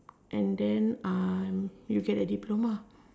and then um you get a diploma